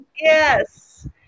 Yes